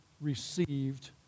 received